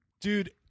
Dude